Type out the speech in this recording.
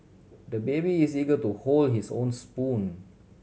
the baby is eager to hold his own spoon